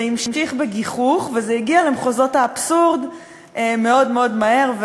זה המשיך בגיחוך וזה הגיע למחוזות האבסורד מאוד מאוד מהר,